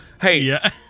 Hey